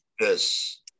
Yes